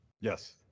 Yes